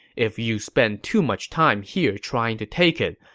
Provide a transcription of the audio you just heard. if you spend too much time here trying to take it,